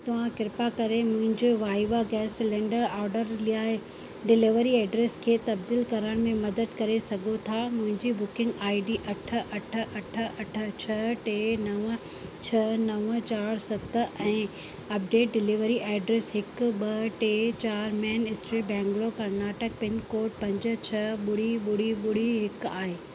तव्हां कृपा करे मुंहिंजो वाइवा गैस सिलैंडर ऑडर लाइ डिलीवरी एड्रेस खे तबदील करण में मदद करे सघो था मुंहिंजी बुकिंग आई डी अठ अठ अठ अठ छह टे नव छह नव चार सत ऐं अपडेट डिलीवरी एड्रेस हिकु ॿ टे चार main history Bangalore Karnataka pin code पंज छह ॿुड़ी ॿुड़ी ॿुड़ी हिकु आहे